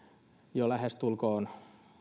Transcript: jo lähestulkoon